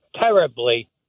terribly